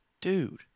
dude